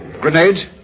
Grenades